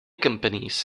companies